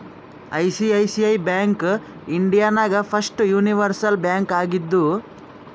ICICI bank India ನಾಗ್ first universal bank ಆಗಿದ್ದು